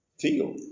feel